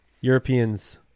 Europeans